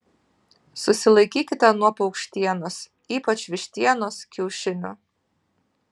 susilaikykite nuo paukštienos ypač vištienos kiaušinių